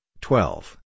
twelve